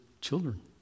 children